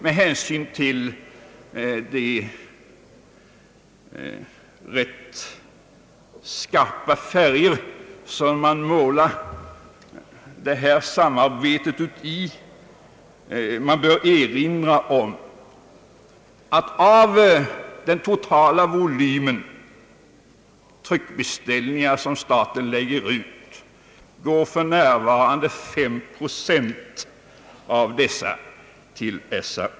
Med hänsyn till de skarpa färger man här målar samarbetet i bör det nog erinras om att för närvarande endast 5 procent av den totala volym trycksaksbeställningar, som staten lägger ut, går till SRA.